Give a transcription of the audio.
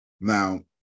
now